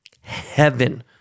heaven